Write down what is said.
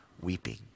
weeping